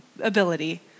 ability